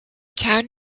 town